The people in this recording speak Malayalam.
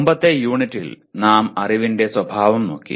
മുമ്പത്തെ യൂണിറ്റിൽ നാം അറിവിന്റെ സ്വഭാവം നോക്കി